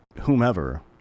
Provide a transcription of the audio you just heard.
whomever